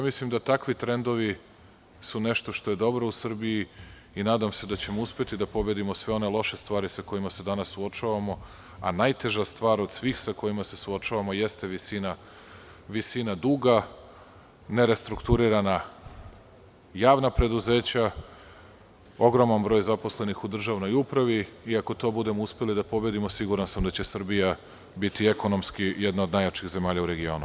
Mislim da takvi trendovi su nešto što je dobro u Srbiji i nadam se da ćemo uspeti da pobedimo sve one loše stvari sa kojima se danas suočavamo, a najteža stvar od svih sa kojima se suočavamo jeste visina duga, nerestrukturirana javna preduzeća, ogroman broj zaposlenih u državnoj upravi i ako to budemo uspeli da pobedimo, siguran samda će Srbija biti ekonomski jedna od najjačih zemalja u regionu.